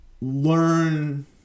Learn